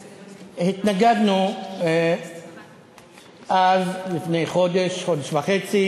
התנגדנו אז, לפני חודש, חודש וחצי,